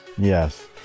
yes